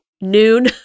noon